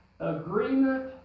agreement